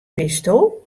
bisto